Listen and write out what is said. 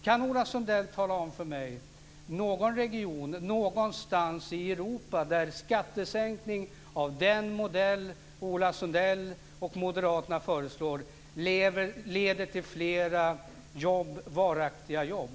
Kan Ola Sundell ange någon region någonstans i Europa där skattesänkningar av den modell som Ola Sundell och moderaterna föreslår leder till fler varaktiga jobb?